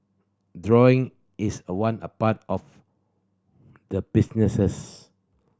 drawing is one part of the businesses